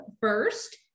first